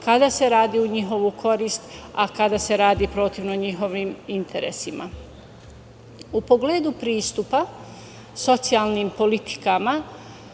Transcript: kada se radi u njihovu korist, a kada se radi protiv njihovih interesa.U pogledu pristupa socijalnim politikama,